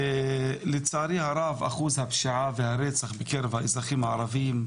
ולצערי הרב אחוז הפשיעה והרצח בקרב האזרחים הערבים,